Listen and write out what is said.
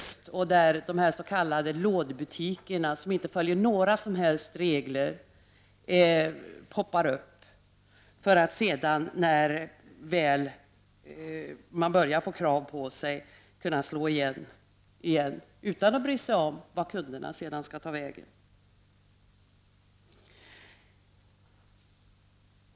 Där poppar det upp s.k. lådbutiker, som inte följer några som helst regler och som man när det börjar ställas krav kanske slår igen utan att bry sig om att kunderna står utan service.